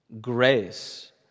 grace